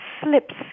slips